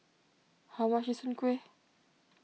how much is Soon Kueh